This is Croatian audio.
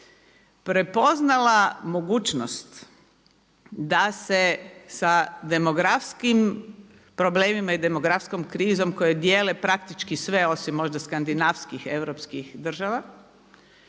prepoznala mogućnost da se sa demografskim problemima i demografskom krizom koju dijele praktički sve osim možda skandinavskih, europskih država